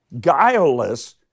guileless